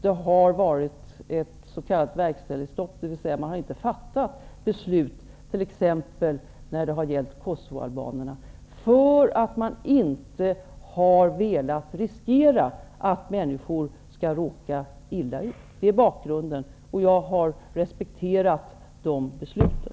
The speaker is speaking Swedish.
Det har varit ett s.k. verkställighetsstopp, dvs. man har inte fattat beslut när det t.ex. har gällt Kosovoalbaner. Det är för att man inte har velat riskera att människor skall råka illa ut. Det är bakgrunden. Jag har respekterat de besluten.